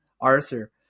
Arthur